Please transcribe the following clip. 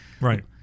Right